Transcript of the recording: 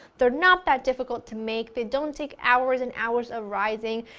they're not that difficult to make, they don't take hours and hours of rising,